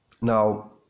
Now